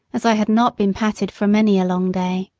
as i had not been patted for many a long day.